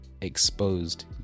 exposed